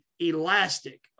elastic